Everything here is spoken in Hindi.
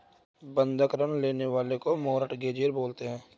बंधक ऋण लेने वाले को मोर्टगेजेर बोलते हैं